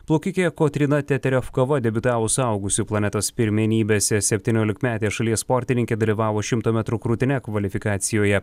plaukikė kotryna teterevkova debiutavo suaugusių planetos pirmenybėse septyniolikmetė šalies sportininkė dalyvavo šimto metrų krūtine kvalifikacijoje